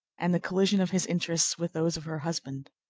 and the collision of his interests with those of her husband.